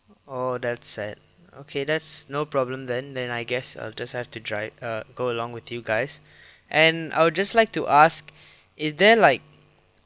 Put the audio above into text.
oh that's sad okay that's no problem then then I guess I'll just have to dri~ err go along with you guys and I'll just like to ask is there like